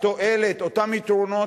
התועלת אותם יתרונות,